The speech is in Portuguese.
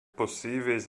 possíveis